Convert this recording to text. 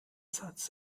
satz